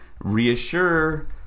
reassure